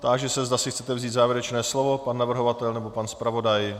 Táži se, zda si chcete vzít závěrečné slovo: pan navrhovatel nebo pan zpravodaj.